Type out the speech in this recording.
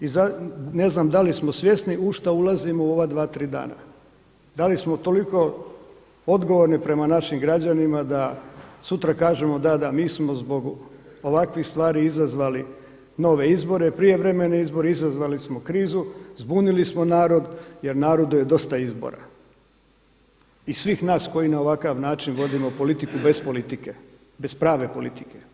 I ne znam dali smo svjesni u šta ulazimo u ova dva, tri dana. da li smo toliko odgovorni prema našim građanima da sutra kažemo da, da mi smo zbog ovakvih stvari izazvali nove izbore, prijevremene izbore, izazvali smo krizu, zbunili smo narod jer narodu je dosta izbora i svih nas koji na ovakav način vodimo politiku bez politike, bez prave politike.